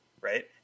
right